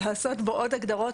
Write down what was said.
לעשות בו עוד הגדרות,